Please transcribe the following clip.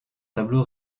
tableau